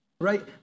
right